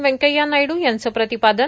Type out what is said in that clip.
व्यंकय्या नायडू यांचं प्रतिपादन